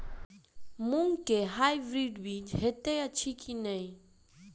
मूँग केँ हाइब्रिड बीज हएत अछि की नै?